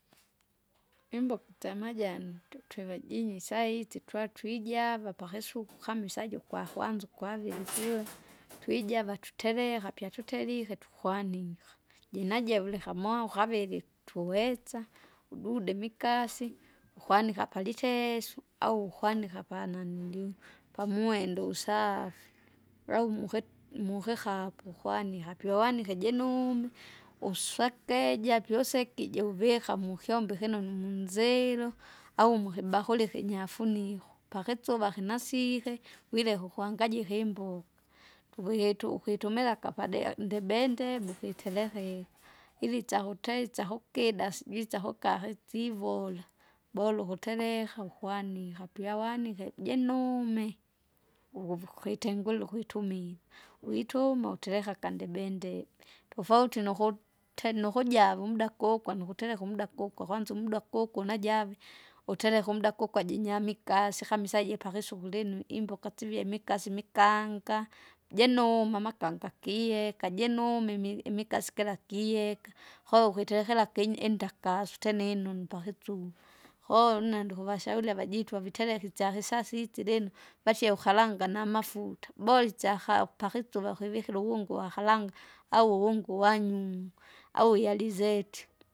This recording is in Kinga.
imboko itsyamajani tu- tuive jinyise saitsi twatwijava pakisuku kama isaji kwakwanza ukwavili syoni twijava tutereka pyatuterike tukwanika. Jinajevule kamovo kavili tuwetsa, udude vikasi, ukwanika palitesu au ukwanika pananinili pamwende usaafi, au muhi- mukihapu ukwaniha pyowanika jinume, uswakeja pyousekije uvika mukyombo ikinonu munziro, au mukibakuri ikinyafuniko pakitsuva kinasike, wileka ukuhangajika imboka. Tukigitu ukitumelaka padea ndibendebe ukitereka i- ilitsakuteitsa kukida sijui tsahukahi tsivora. Bora ukutereha ukwaniha, pia wanike jinume, ukuvu ukitengulile ukwitumile, wituuma utileka akandibe ndibe tofauti nuku- te nukuja umda kukwa nukutereka umda kukwa kwanza umda kukwa unajave! utereka umda kukwa jinyamikase kamisa jipakisukule linu imboka tsivie mikasi mikanga, jenuma makanga kiheka jenume imi- imikasi kila kiyeka koo ukiterekera kinyi indakasu tena inunu pakitsuva. Koo une ndikuvashauri avajitwa vitereka isyakisasa itsilinu, vasheuhalanga namafuuta bora isyaka pakisuva ukivikire uwungu uwakaranga, au uwungu wanyung'wa, au yarizeti.